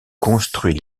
construit